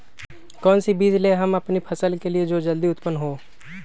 कौन सी बीज ले हम अपनी फसल के लिए जो जल्दी उत्पन हो?